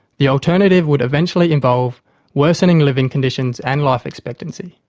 the alternative would eventually involve worsening living conditions and life expectancy,